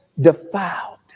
defiled